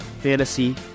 fantasy